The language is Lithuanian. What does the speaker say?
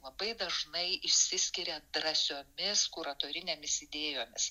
labai dažnai išsiskiria drąsiomis kuratorinėmis idėjomis